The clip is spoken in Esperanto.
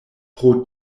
pro